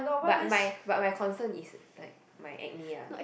but my but my concern is like my acne lah